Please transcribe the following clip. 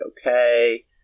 okay